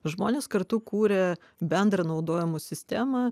žmonės kartu kuria bendrą naudojimo sistemą